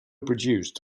produced